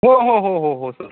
हो हो हो हो हो सर